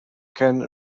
can